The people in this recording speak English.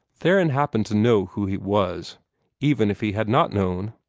theron happened to know who he was even if he had not known,